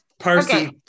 person